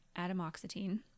adamoxetine